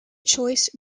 choice